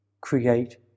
create